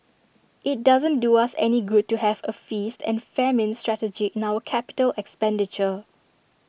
IT doesn't do us any good to have A feast and famine strategy in our capital expenditure